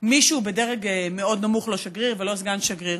מישהו בדרג מאוד נמוך, לא שגריר ולא סגן שגריר.